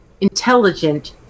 intelligent